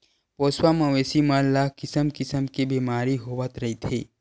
पोसवा मवेशी मन ल किसम किसम के बेमारी होवत रहिथे